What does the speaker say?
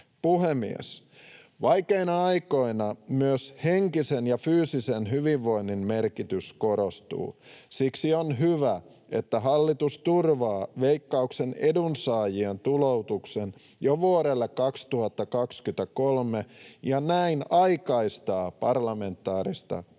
Puhemies! Vaikeina aikoina myös henkisen ja fyysisen hyvinvoinnin merkitys korostuu. Siksi on hyvä, että hallitus turvaa Veikkauksen edunsaajien tuloutuksen jo vuodelle 2023 ja näin aikaistaa parlamentaarista sopimusta.